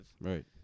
right